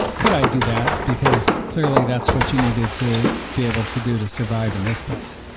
could i do that, because clearly that's what you needed to be able to do to survive in this place?